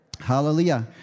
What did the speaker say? Hallelujah